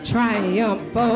Triumph